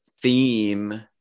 theme